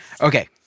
Okay